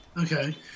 Okay